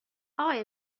آقای